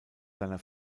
seiner